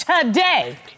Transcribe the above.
today